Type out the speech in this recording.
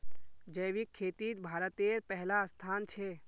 जैविक खेतित भारतेर पहला स्थान छे